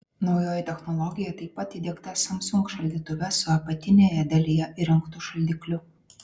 naujoji technologija taip pat įdiegta samsung šaldytuve su apatinėje dalyje įrengtu šaldikliu